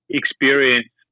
experience